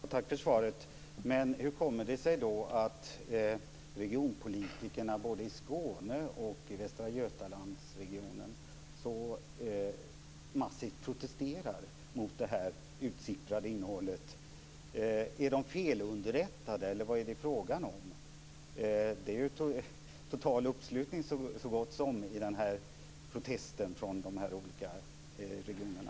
Herr talman! Tack för svaret. Men hur kommer det sig då att regionpolitikerna både i Skåne och i Västra Götaland så massivt protesterar mot det här utsipprade innehållet? Är de felunderrättade eller vad är det fråga om? Det är ju en så gott som total uppslutning i den här protesten från de olika regionerna.